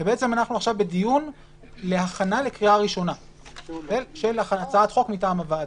אנחנו עכשיו בדיון להכנה לקריאה הראשונה של הצעת חוק מטעם הוועדה.